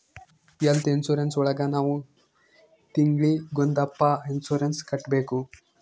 health insurance ಒಳಗ ನಾವ್ ತಿಂಗ್ಳಿಗೊಂದಪ್ಪ ಇನ್ಸೂರೆನ್ಸ್ ಕಟ್ಟ್ಬೇಕು